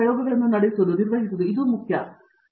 ಹಾಗಾಗಿ ಅವುಗಳನ್ನು ಮಾಡುತ್ತೀರಿ ಎಂದು ನಾನು ಭಾವಿಸುತ್ತೇನೆ